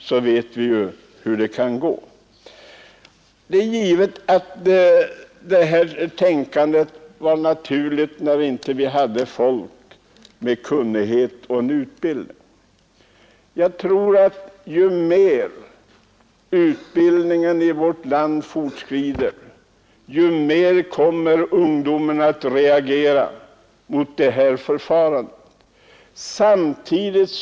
På den tiden människorna i stor utsträckning saknade utbildning och kunnighet var det väl förståeligt att man kunde ha sådana tänkesätt, men ju längre utbildningen fortskrider här i landet, desto mer kommer ungdomen att reagera mot detta förfarande.